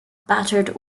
battered